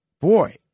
Boy